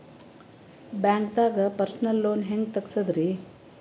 ಬ್ಯಾಂಕ್ದಾಗ personal loan ಹೆಂಗ್ ತಗ್ಸದ್ರಿ?